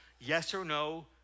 yes-or-no